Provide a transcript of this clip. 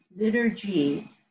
liturgy